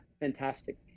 fantastic